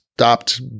Stopped